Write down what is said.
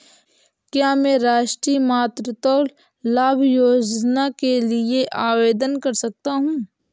क्या मैं राष्ट्रीय मातृत्व लाभ योजना के लिए आवेदन कर सकता हूँ?